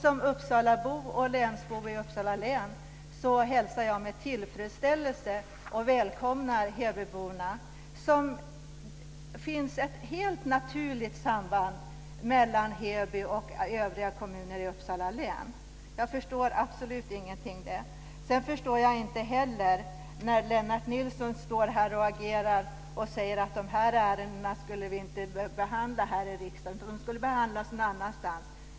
Som uppsalabo och länsbo i Uppsala län hälsar jag med tillfredsställelse hebyborna och välkomnar dem. Det finns ett helt naturligt samband mellan Heby och övriga kommuner i Uppsala län. Jag förstår absolut ingenting. Sedan förstår jag inte heller när Lennart Nilsson säger att vi inte skulle behandla de här ärendena här i riksdagen, utan de skulle behandlas någon annanstans.